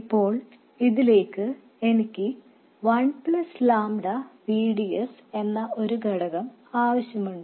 ഇപ്പോൾ ഇതിലേക്ക് എനിക്ക് 1 ƛ V D S എന്ന ഒരു ഘടകം ആവശ്യമുണ്ട്